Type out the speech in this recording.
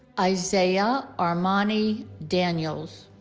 isaiah armani daniels